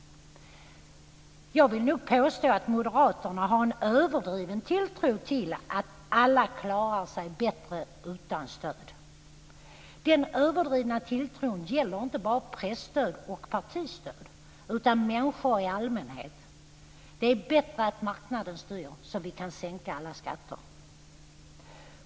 Men jag vill nog påstå att moderaterna har en överdriven tilltro till detta med att alla klarar sig bättre utan stöd. Denna överdrivna tilltro gäller inte bara presstöd och partistöd utan människor i allmänhet - det är bättre att marknaden styr så att vi kan sänka alla skatter.